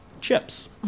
chips